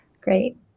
Great